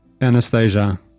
Anastasia